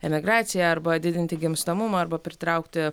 emigraciją arba didinti gimstamumą arba pritraukti